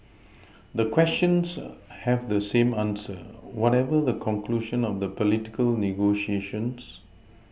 the questions have the same answer whatever the conclusion of the political negotiations